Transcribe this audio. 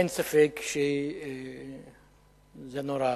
אין ספק שזה נורא